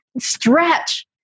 stretch